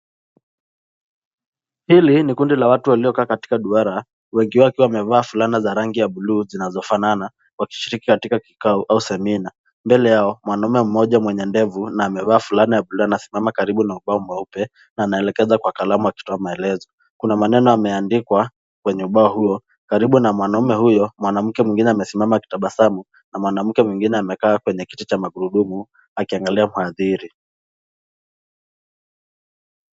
Hili ni kundi la watu waliokaa katika duara, wengi wao wakiwa wamevaa fulana za rangi ya bluu zinazofanana wakishiriki katika kikao au semina. Mbele yao mwanaume mmoja mwenye ndevu na amevaa fulana ya bluu anasimama karibu na ubao mweupe na anaelekeza kwa kalamu akitoa maelezo. Kuna maneno yameandikwa kwenye ubao huo, Karibu na mwanaume huyo mwanamke mwingine amesimama akitabasamu na mwanamke mwingine amekaa kwenye kiti cha magurudumu akiangalia mhadhiri.